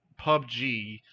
PUBG